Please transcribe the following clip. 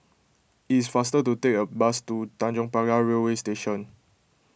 it is faster to take the bus to Tanjong Pagar Railway Station